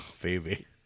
baby